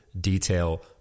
detail